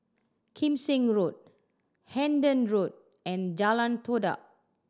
Kim Seng Road Hendon Road and Jalan Todak